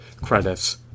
credits